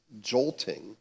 jolting